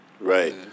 Right